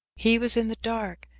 he was in the dark,